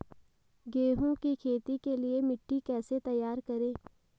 गेहूँ की खेती के लिए मिट्टी कैसे तैयार करें?